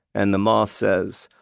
and the moths says,